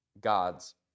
God's